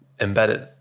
embedded